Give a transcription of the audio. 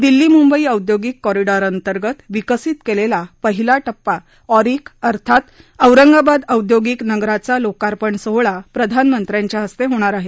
दिल्ली मुंबई औद्योगिक कॉरिडॉरअंतर्गत विकसित केलेला पहिला टप्पा ऑरिक अर्थात औरंगाबाद औद्योगिक नगराचा लोकार्पण सोहळा प्रधानमंत्र्याच्या हस्ते होणार आहे